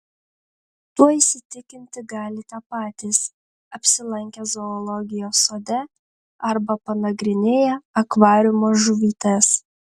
tuo įsitikinti galite patys apsilankę zoologijos sode arba panagrinėję akvariumo žuvytes